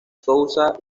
souza